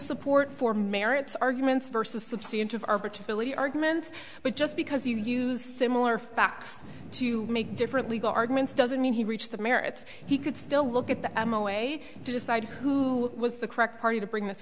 support for merits arguments versus subsea into our fertility arguments but just because you use similar facts to make different legal arguments doesn't mean he reached the merits he could still look at the emma way to decide who was the correct party to bring this